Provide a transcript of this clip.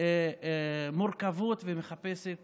מורכבות ומחפשת